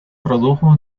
produjo